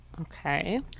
Okay